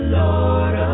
lord